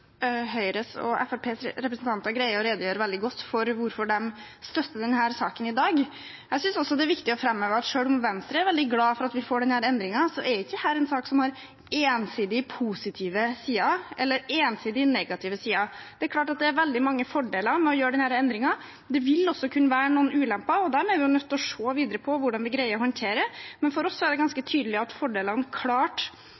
Høyres og Fremskrittspartiets representanter greier å redegjøre veldig godt for hvorfor de støtter denne saken i dag. Jeg synes også det er viktig å framheve at selv om Venstre er veldig glad for at vi får denne endringen, er ikke dette en sak som har ensidig positive eller ensidig negative sider. Det er veldig mange fordeler med å gjøre denne endringen. Det vil også kunne være noen ulemper, og dem er vi nødt til å se videre på hvordan vi greier å håndtere. Men for oss er det ganske tydelig at fordelene klart er i flertall her. Vi avbyråkratiserer, vi forenkler, vi gjør det